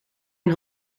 een